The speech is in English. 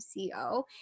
CEO